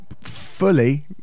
fully